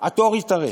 התור התארך,